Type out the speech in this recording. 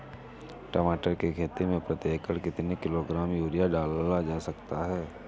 टमाटर की खेती में प्रति एकड़ कितनी किलो ग्राम यूरिया डाला जा सकता है?